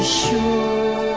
sure